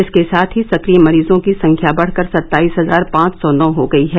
इसके साथ ही सक्रिय मरीजों की संख्या बढ़कर सत्ताईस हजार पांच सौ नौ हो गयी है